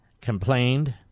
complained